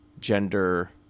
gender